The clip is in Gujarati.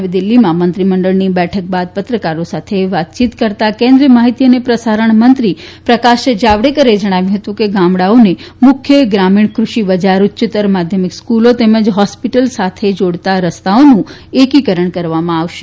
નવી દિલ્હીમાં મંત્રીમંડળની બેઠક બાદ પત્રકારો સાથે વાતચીત કરતા કેન્દ્રિય માહિતી અને પ્રસારણ મંત્રી પ્રકાશ જાવડેકરે જણાવ્યું હતું કે ગામડાઓને મુખ્ય ગ્રામીણ ફ્રષિ બજાર ઉચ્યત્તર માધ્યમિક સ્ક્રલો તેમજ હોર્તસ્પટલ સાથે જાડતા રસ્તાઓનું એકીકરણ કરવામાં આવશે